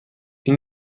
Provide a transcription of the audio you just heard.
این